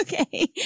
Okay